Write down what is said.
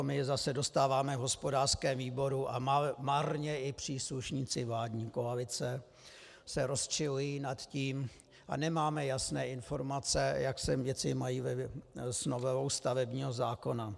My zase dostáváme v hospodářském výboru, a marně i příslušníci vládní koalice se rozčilují nad tím a nemáme jasné informace, jak se věci mají s novelou stavebního zákona.